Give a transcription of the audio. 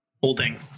holding